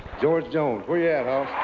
george jones! where yeah